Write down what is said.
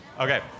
Okay